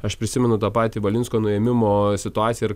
aš prisimenu tą patį valinsko nuėmimo situaciją